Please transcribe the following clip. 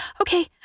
okay